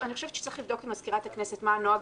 אני חושבת שצריך לבדוק עם מזכירת הכנסת מה הנוהג